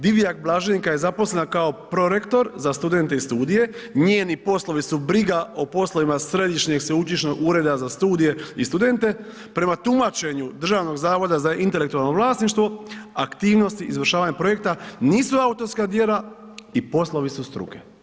Divjak Blaženka je zaposlena kao prorektor za studente i studije, njeni poslovi su briga o poslovima Središnjeg sveučilišnog ureda za studije i studente, prema tumačenju Državnog zavoda za intelektualno vlasništvo, aktivnosti izvršavanja projekta nisu autorska djela i poslovi su struke.